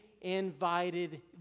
invited